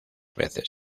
veces